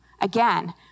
Again